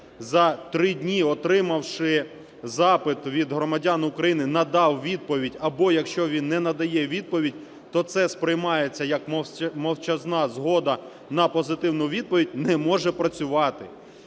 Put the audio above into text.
за три дні, отримавши запит від громадян України, надав відповідь або, якщо він не надає відповідь, то це сприймається як мовчазна згода на позитивну відповідь, не може працювати.